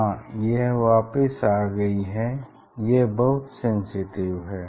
हाँ यह वापिस आ गई है यह बहुत सेंसिटिव है